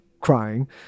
crying